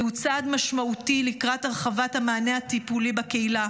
זהו צעד משמעותי לקראת הרחבת המענה הטיפולי בקהילה,